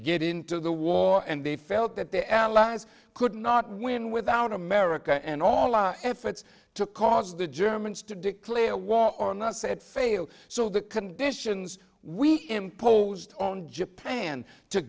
get into the war and they felt that the allies could not win without america and all our efforts to cause the germans to declare war or not said failed so the conditions we imposed on japan to